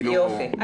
יופי.